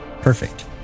perfect